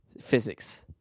physics